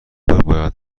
باید